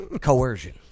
coercion